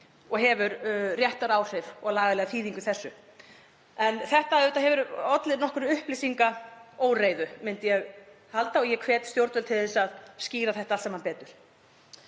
og hefur réttaráhrif og lagalega þýðingu í þessu. En þetta olli nokkurri upplýsingaóreiðu, myndi ég halda, og ég hvet stjórnvöld til að skýra þetta allt saman betur.